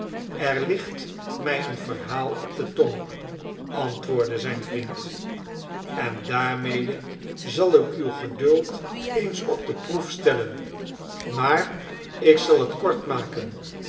er ligt mij een verhaal op de tong antwoordde zijn vriend en daarmede zal ik uw geduld eens op de proef stellen maar ik zal